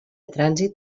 trànsit